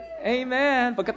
amen